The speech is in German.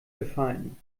gefallen